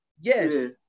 Yes